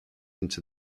into